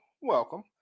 welcome